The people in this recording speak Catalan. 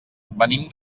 venim